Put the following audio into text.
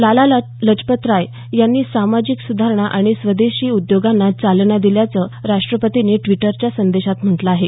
लाला लजपतराय यांनी सामाजिक सुधारणा आणि स्वदेशी उद्योगांना चालना दिल्याचं राष्ट्रपतींनी ड्विटरच्या संदेशात म्हटलं आहे